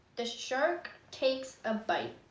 this shark takes a bite.